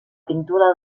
pintura